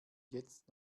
jetzt